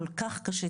כל כך קשה,